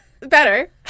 better